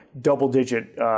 double-digit